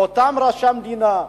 באותם ראשי המדינה,